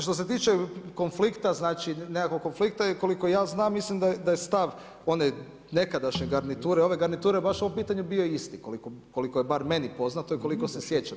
Što se tiče konflikta, znači nekakvog konflikta, koliko ja znam, mislim da je stav nekadašnje garniture, ove garniture baš ovo pitanje bilo isti, koliko je bar meni poznato i koliko se sjećam.